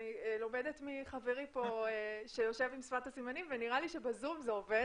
אני לומדת מחברי פה שיושב עם שפת הסימנים ונראה לי שבזום זה עובד,